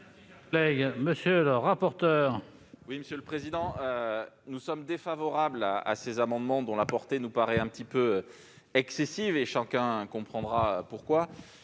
monsieur le rapporteur,